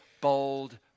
bold